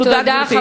תודה, גברתי.